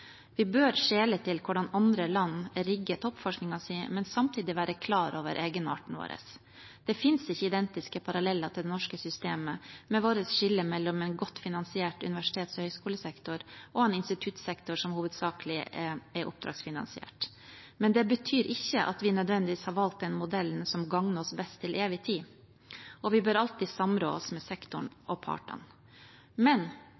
Vi bør skjele til hvordan andre land rigger toppforskningen sin, men samtidig være klar over egenarten vår. Det finnes ikke identiske paralleller til det norske systemet, med vårt skille mellom en godt finansiert universitets- og høyskolesektor og en instituttsektor som hovedsakelig er oppdragsfinansiert. Det betyr ikke at vi nødvendigvis har valgt den modellen som gagner oss best til evig tid. Vi bør alltid samrå oss med sektoren og partene. Men